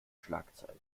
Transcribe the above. schlagzeilen